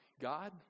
God